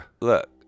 Look